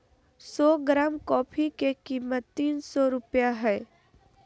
सो gram coffee के कीमत तीन सो रुपया हइ